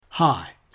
Hi